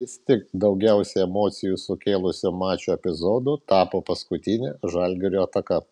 vis tik daugiausiai emocijų sukėlusiu mačo epizodu tapo paskutinė žalgirio ataka